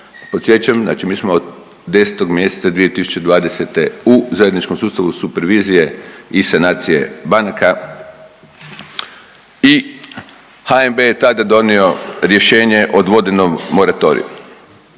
Podsjećam, znači mi smo od 10 mjeseca 2020. u zajedničkom sustavu supervizije i sanacije banaka i HNB je tada donio rješenje o .../Govornik